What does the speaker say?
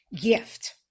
gift